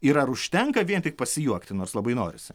ir ar užtenka vien tik pasijuokti nors labai norisi